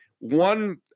One